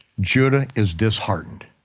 judah is disheartened.